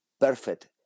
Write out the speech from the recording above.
perfect